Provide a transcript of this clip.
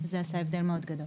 זה עשה הבדל מאוד גדול.